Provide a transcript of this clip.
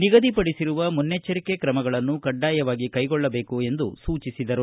ನಿಗದಿಪಡಿಸಿರುವ ಮುನ್ನೆಚ್ಚರಿಕೆ ಕ್ರಮಗಳನ್ನು ಕಡ್ಡಾಯವಾಗಿ ಕೈಗೊಳ್ಳಬೇಕು ಎಂದು ಸೂಚಿಸಿದರು